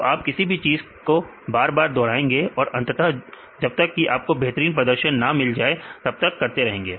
तो आप किसी चीज को बार बार दोहराएंगे और अंततः जब तक आपको बेहतरीन प्रदर्शन ना मिल जाए तब तक करते रहेंगे